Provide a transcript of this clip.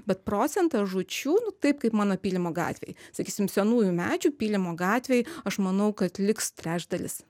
bet procentą žūčių nu taip kaip mano pylimo gatvėj sakysim senųjų medžių pylimo gatvėj aš manau kad liks trečdalis